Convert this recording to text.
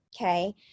Okay